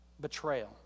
betrayal